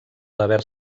haver